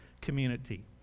community